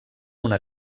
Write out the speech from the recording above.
una